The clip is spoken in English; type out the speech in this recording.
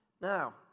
Now